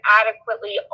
adequately